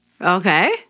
Okay